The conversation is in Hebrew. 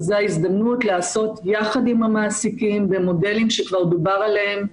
וזו ההזדמנות לעשות ביחד עם המעסיקים במודלים שכבר דובר עליהם,